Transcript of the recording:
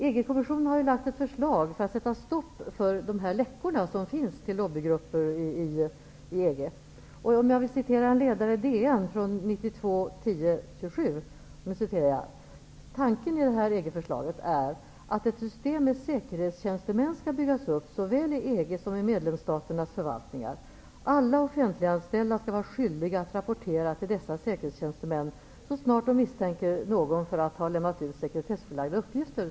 EG kommissionen har lagt fram ett förslag för att sätta stopp för de läckor som finns till lobbygrupper inom EG. I en ledare i DN från den 27 oktober 1992 står: ''Tanken i förslaget är att ett system med säkerhetstjänstemän ska byggas upp såväl i EG som i medlemsstaternas förvaltningar. Alla offentliganställda ska vara skyldiga att rapportera till dess säkerhetstjänstemän så snart de misstänker någon för att ha lämnat ut sekretessbelagda uppgifter''.